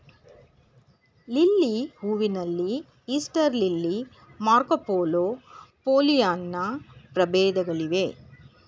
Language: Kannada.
ಲಿಲ್ಲಿ ಹೂವಿನಲ್ಲಿ ಈಸ್ಟರ್ ಲಿಲ್ಲಿ, ಮಾರ್ಕೊಪೋಲೊ, ಪೋಲಿಯಾನ್ನ ಪ್ರಭೇದಗಳಿವೆ